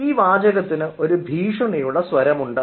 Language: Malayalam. ഈ വാചകത്തിന് ഒരു ഭീഷണിയുടെ സ്വരമുണ്ട്